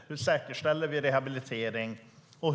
Hur säkerställer vi rehabilitering?